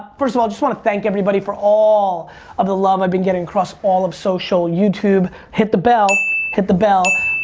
first of all, just want to thank everybody for all of the love i've been getting across all of social youtube, hit the bell, hit the bell.